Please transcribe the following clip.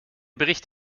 bericht